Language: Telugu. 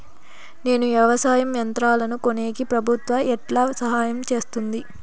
నేను వ్యవసాయం యంత్రాలను కొనేకి ప్రభుత్వ ఎట్లా సహాయం చేస్తుంది?